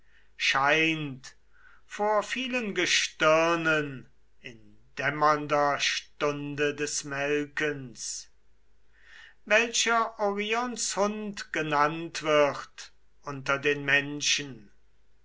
scheint vor vielen gestirnen in dämmernder stunde des melkens welcher orions hund genannt wird unter den menschen